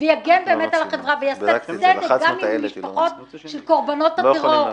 ויגן על החברה ויעשה צדק גם עם משפחות של קורבנות הטרור,